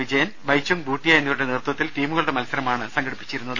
വിജയൻ ബൈചുങ് ബൂട്ടിയ എന്നിവരുടെ നേത്വത്വത്തിൽ ടീമുകളുടെ മത്സരമാണ് സംഘടിപ്പിച്ചിരുന്നത്